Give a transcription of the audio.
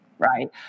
Right